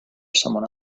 someone